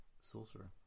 sorcerer